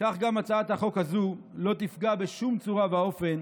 כך גם הצעת החוק הזו לא תפגע בשום צורה ואופן